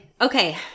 Okay